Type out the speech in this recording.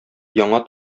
яңа